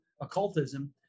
occultism